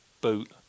Boot